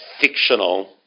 fictional